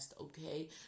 okay